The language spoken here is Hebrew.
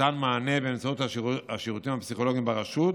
ניתן מענה באמצעות השירותים הפסיכולוגיים ברשות